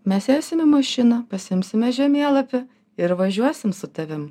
mes sėsim į mašiną pasiimsime žemėlapį ir važiuosim su tavim